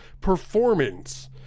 performance